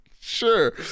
sure